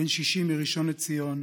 בן 60 מראשון לציון,